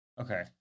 Okay